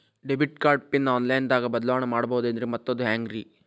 Debit card PIN online ದಾಗ ಬದಲಾವಣೆ ಮಾಡಬಹುದೇನ್ರಿ ಮತ್ತು ಅದು ಹೆಂಗ್ರಿ?